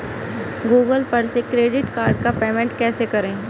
Google पर से credit card का पेमेंट कैसे करें?